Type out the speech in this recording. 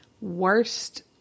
Worst